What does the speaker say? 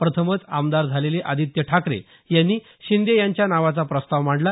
प्रथमच आमदार झालेले आदित्य ठाकरे यांनी शिंदे यांच्या नावाचा प्रस्ताव मांडला